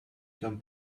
can